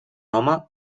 home